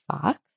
Fox